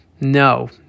No